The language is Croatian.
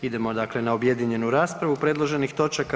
Idemo dakle na objedinjenu raspravu predloženih točaka.